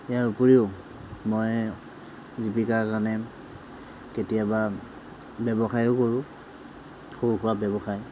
ইয়াৰ উপৰিও মই জীৱিকাৰ কাৰণে কেতিয়াবা ব্যৱসায়ো কৰোঁ সৰু সুৰা ব্যৱসায়